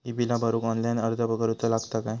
ही बीला भरूक ऑनलाइन अर्ज करूचो लागत काय?